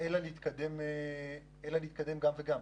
אלא לעשות גם וגם,